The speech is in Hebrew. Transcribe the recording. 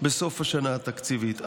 בסוף השנה התקציבית.